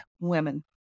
women